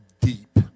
deep